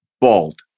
bald